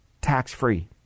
Tax-free